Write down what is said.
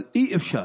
אבל אי-אפשר